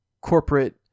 corporate